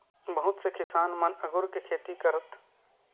बहुत से किसान मन अगुर के खेती करथ